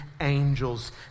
angels